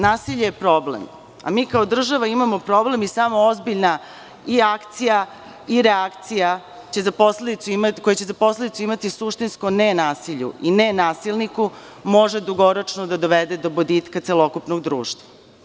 Nasilje je problem, a mi kao država imamo problem i samo ozbiljna i akcija i reakcija koja će za posledicu imati suštinsko ne nasilju i ne nasilniku može dugoročno da dovede do boljitka celokupnog društva.